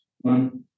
One